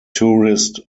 tourist